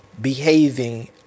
behaving